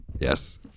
Yes